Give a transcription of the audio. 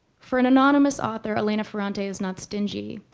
for an anonymous author, elena ferrante is not stingy.